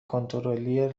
کنترلی